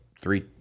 three